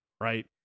Right